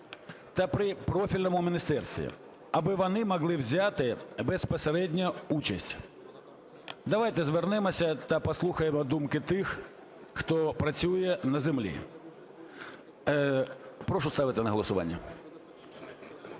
та при профільному міністерстві, аби вони могли взяти безпосередньо участь. Давайте звернемося та послухаємо думки тих, хто працює на землі. Прошу ставити на голосування.